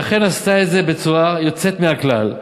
היא אכן עשתה את זה בצורה יוצאת מהכלל.